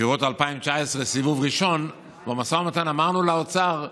בחירות 2019, סיבוב ראשון, במשא ומתן אמרנו לאוצר: